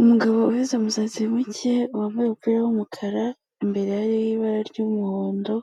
umugabo ufite umusatsi muke, wambaye umupira w'umukara, imbere y'ibara ry'umuhondo